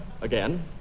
Again